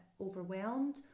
overwhelmed